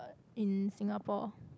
in Singapore